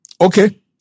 Okay